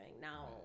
now